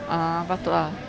err patut ah